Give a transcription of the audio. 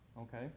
okay